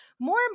More